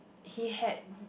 he had